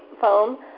foam